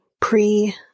pre